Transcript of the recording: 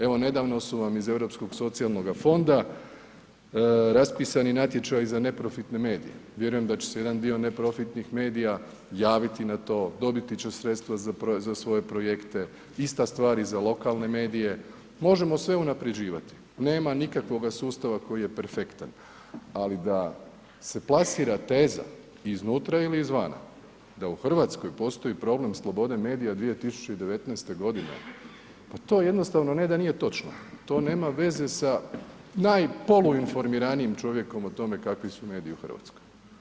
Evo, nedavno su vam iz Europskog socijalnoga fonda raspisani natječaji za neprofitne medije, vjerujem da će se jedan dio neprofitnih medija javiti na to, dobiti će sredstva za svoje projekte, ista stvar i za lokalne medije, možemo sve unaprjeđivati, nema nikakvoga sustava koji je perfektan, ali da se plasira teza iznutra ili iz vana da u RH postoji problem slobode medija 2019.g., pa to jednostavno ne da nije točno, to nema veze sa najpoluinformiranijim čovjekom o tome kakvi su mediji u Hrvatskoj.